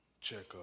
checkup